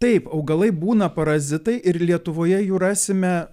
taip augalai būna parazitai ir lietuvoje jų rasime